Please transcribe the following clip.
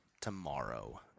tomorrow